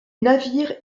navires